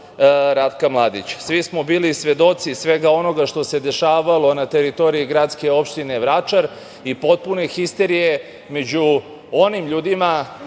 Ratka Mladića. Svi smo bili svedoci svega onoga što se dešavalo na teritoriji Gradske opštine Vračar i potpune histerije među onim ljudima